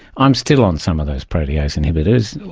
i'm still on some of those protease inhibitors,